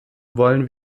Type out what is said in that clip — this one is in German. wollen